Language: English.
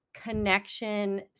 connection